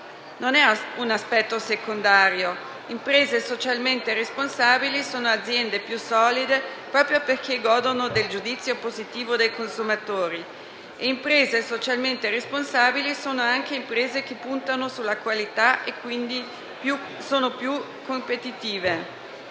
Non è un aspetto secondario: imprese socialmente responsabili sono aziende più solide, proprio perché godono del giudizio positivo dei consumatori, e imprese socialmente responsabili sono anche imprese che puntano sulla qualità e, quindi, sono più competitive.